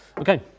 Okay